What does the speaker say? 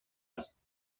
است